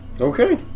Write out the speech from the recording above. Okay